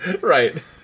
Right